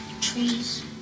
Trees